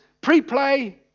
pre-play